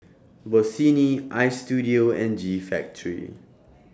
Bossini Istudio and G Factory